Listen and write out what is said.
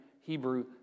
Hebrew